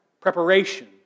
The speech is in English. preparation